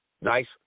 nice